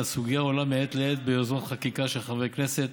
סוגיה העולה מעת לעת ביוזמות חקיקה של חברי כנסת